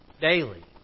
Daily